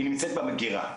היא נמצאת במגירה,